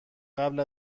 قبل